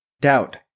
Doubt